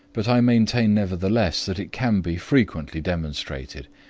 but i maintain nevertheless that it can be frequently demonstrated,